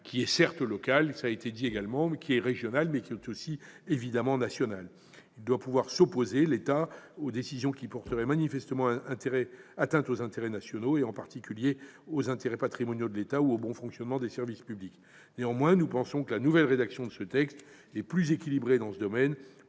qui est certes local, mais également régional et, évidemment, national. L'État doit pouvoir s'opposer aux décisions qui porteraient manifestement atteinte aux intérêts nationaux, en particulier à ses intérêts patrimoniaux, ou au bon fonctionnement des services publics. Néanmoins, nous pensons que la nouvelle rédaction de ce texte est plus équilibrée dans ce domaine